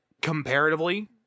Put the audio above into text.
Comparatively